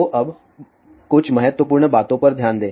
तो अब कुछ महत्वपूर्ण बातों पर ध्यान दें